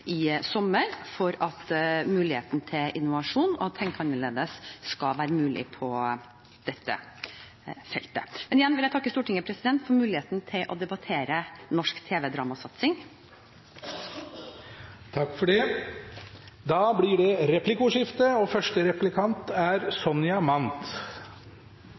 i sommer for at innovasjon og å tenke annerledes skal være mulig på dette feltet. Igjen vil jeg takke Stortinget for muligheten til å debattere norsk tv-dramasatsing. Det blir replikkordskifte. I filmforliket uttrykte Stortinget en forventning om å få på plass medfinansieringsansvaret. Hva har statsråden gjort for å følge opp det punktet, og